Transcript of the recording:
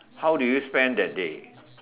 how do you spend that day